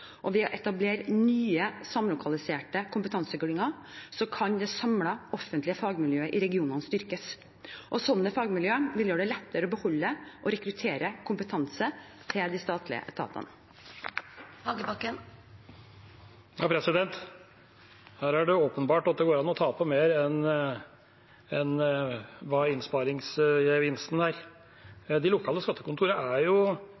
styrkes. Et slikt fagmiljø vil gjøre det lettere å beholde og rekruttere kompetanse til de statlige etatene. Her er det åpenbart at det går an å tape mer enn hva innsparingsgevinsten er. De lokale skattekontorene er jo